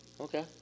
Okay